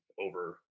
over